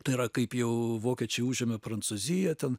tai yra kaip jau vokiečiai užėmė prancūziją ten